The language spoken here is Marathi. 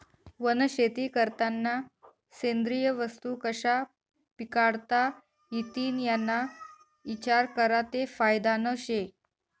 वनशेती करतांना सेंद्रिय वस्तू कशा पिकाडता इतीन याना इचार करा ते फायदानं शे